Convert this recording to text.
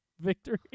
victory